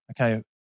okay